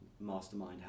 mastermind